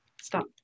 Stop